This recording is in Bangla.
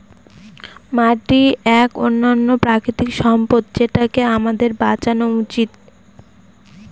মাটি এক অনন্য প্রাকৃতিক সম্পদ যেটাকে আমাদের বাঁচানো উচিত